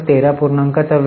तर 200 X 13